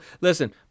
listen